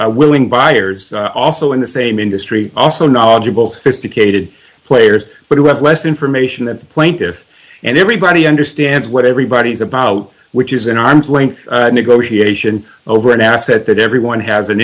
willing buyers also in the same industry also knowledgeable sophisticated players but you have less information that the plaintiffs and everybody understands what everybody is about which is an arm's length negotiation over an asset that everyone has an